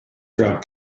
drought